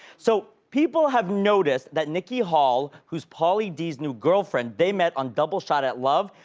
so, people have noticed that nikki hall, who's pauly d's new girlfriend, they met on double shot at love,